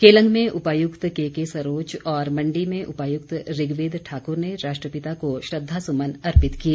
केलंग में उपायुक्त केके सरोच मण्डी में उपायुक्त ऋग्वेद ठाकुर ने राष्ट्रपिता को श्रद्वासुमन अर्पित किए